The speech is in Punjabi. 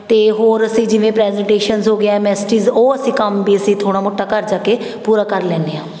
ਅਤੇ ਹੋਰ ਅਸੀਂ ਜਿਵੇਂ ਪ੍ਰੈਜਟੇਸ਼ਨਸ ਹੋ ਗਿਆ ਐੱਮ ਐੱਸ ਟੀਜ਼ ਉਹ ਅਸੀਂ ਕੰਮ ਵੀ ਅਸੀਂ ਥੋੜ੍ਹਾ ਮੋਟਾ ਘਰ ਜਾ ਕੇ ਪੂਰਾ ਕਰ ਲੈਂਦੇ ਹਾਂ